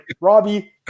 robbie